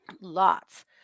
Lots